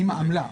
אם העמלה.